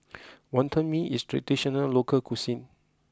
Wonton Mee is a traditional local cuisine